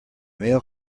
mail